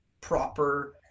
proper